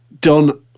done